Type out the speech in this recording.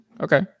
Okay